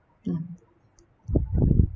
mm